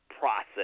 Process